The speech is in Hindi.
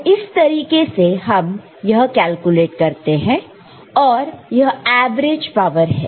तो इस तरीके से हम यह कैलकुलेट करते हैं और यह एवरेज पावर है